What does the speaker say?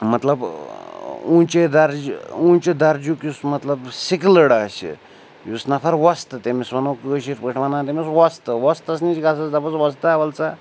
مطلب اوٗنٛچے درٕج اوٗنٛچہِ درجُک یُس مطلب سِکلٕڈ آسہِ یُس نفر وۄستہٕ تٔمِس وَنو کٲشِرۍ پٲٹھۍ وَنان تٔمِس وۄستہٕ وۄستَس نِش گژھَس دَپَس وۄستہ وَل سا